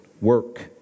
work